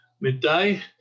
midday